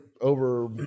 over